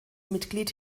mitglied